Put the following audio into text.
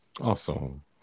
Awesome